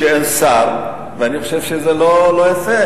אבל יש לי התנגדות לכך שאין שר ואני חושב שזה לא יפה.